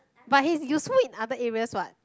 he's useful in other areas what